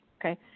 Okay